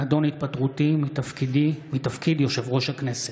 הנדון: התפטרותי מתפקיד יושב-ראש הכנסת.